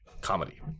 comedy